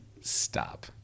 Stop